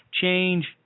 change